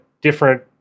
different